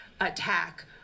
attack